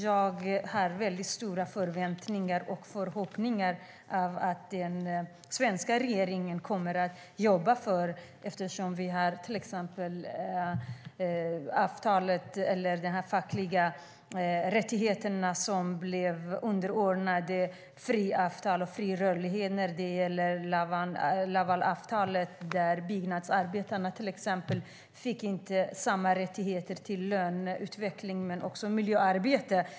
Jag har stora förväntningar och förhoppningar om att den svenska regeringen kommer att jobba för dessa rättigheter med tanke på till exempel de fackliga rättigheter som blev underordnade frihandelsavtal och fri rörlighet när det gäller Lavalavtalet, där byggnadsarbetarna inte fick samma rättigheter till löneutveckling. Det handlade också om miljöarbete.